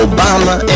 Obama